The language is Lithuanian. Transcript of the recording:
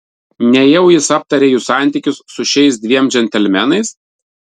nejau jis aptarė jų santykius su šiais dviem džentelmenais